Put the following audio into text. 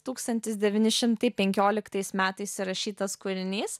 tūkstantis devyni šimtai penkioliktais metais įrašytas kūrinys